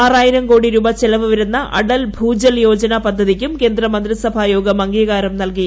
ആറായിരം കോടി രൂപ ചെലവ് വരുന്ന അടൽ ഭൂജൽ യോജന പദ്ധതിയ്ക്കും കേന്ദ്രമന്ത്രിസഭാ യോഗം അംഗീകാരം നൽകി